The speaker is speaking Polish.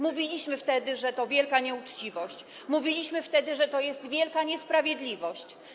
Mówiliśmy wtedy, że to wielka nieuczciwość, mówiliśmy wtedy, że to wielka niesprawiedliwość.